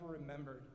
remembered